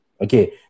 okay